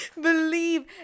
believe